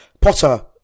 Potter